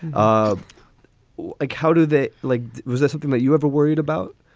um like how do they like? was this something that you ever worried about?